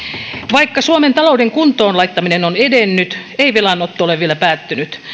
vaikka suomen talouden kuntoon laittaminen on edennyt ei velanotto ole vielä päättynyt